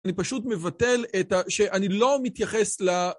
אני פשוט מבטל את ה... שאני לא מתייחס ל...